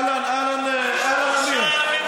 אהלן, אהלן אמיר.